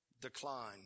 Decline